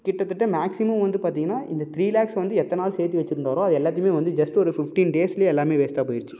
கிட்டத்தட்ட மேக்சிமம் வந்து பார்த்தீங்கன்னா இந்த த்ரீ லேக்ஸை வந்து எத்தனை நாள் சேர்த்து வச்சிருந்தாரோ அது எல்லாத்தேயுமே வந்து ஜஸ்ட் ஒரு ஃபிப்டீன் டேஸ்லேயே எல்லாமே வேஸ்டாக போய்டுச்சு